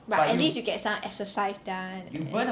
but at least you get some exercise done and